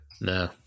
No